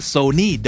Sony